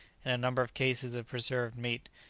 and a number of cases of preserved meat,